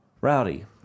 Rowdy